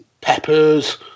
peppers